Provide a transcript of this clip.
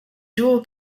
dual